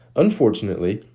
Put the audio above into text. unfortunately,